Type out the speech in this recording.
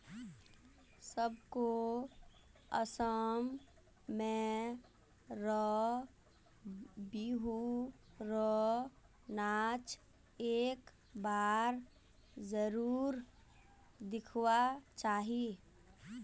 सबको असम में र बिहु र नाच एक बार जरुर दिखवा चाहि